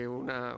una